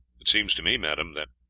it seems to me, madame, that,